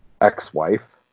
ex-wife